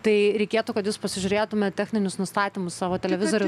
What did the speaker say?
tai reikėtų kad jūs pasižiūrėtumėt techninius nustatymus savo televizorių